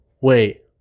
Wait